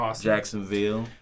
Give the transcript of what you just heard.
Jacksonville